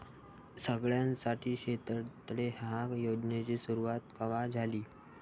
सगळ्याइसाठी शेततळे ह्या योजनेची सुरुवात कवा झाली?